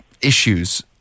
issues